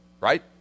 right